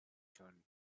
jon